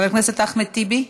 חבר הכנסת אחמד טיבי,